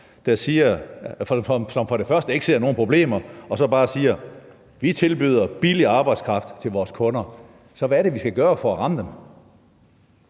der for det første ikke ser nogen problemer, og som bare siger: Vi tilbyder billig arbejdskraft til vores kunder. Så hvad er det, vi kan gøre for at ramme dem?